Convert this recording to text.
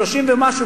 30 ומשהו,